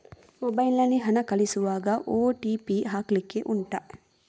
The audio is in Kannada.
ಮೊಬೈಲ್ ನಲ್ಲಿ ಹಣ ಕಳಿಸುವಾಗ ಓ.ಟಿ.ಪಿ ಹಾಕ್ಲಿಕ್ಕೆ ಉಂಟಾ